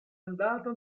andato